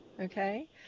okay